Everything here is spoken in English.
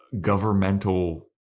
governmental